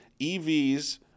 EVs